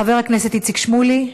חבר הכנסת איציק שמולי,